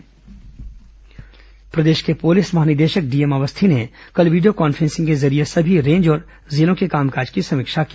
DGP conference प्रदेश के पुलिस महानिदेशक डीएम अवस्थी ने कल वीडियो कॉन्फ्रेंसिंग के जरिये सभी रेंज और जिलों के कामकाज की सर्मीक्षा की